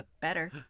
Better